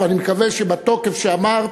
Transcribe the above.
ואני מקווה בתוקף שאמרת,